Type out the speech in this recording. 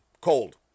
cold